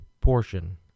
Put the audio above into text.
portion